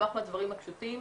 לשמוח מהדברים הפשוטים.